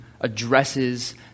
addresses